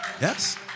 Yes